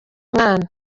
umwana